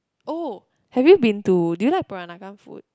oh have you been to do you like Peranakan food